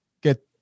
get